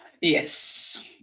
Yes